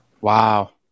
Wow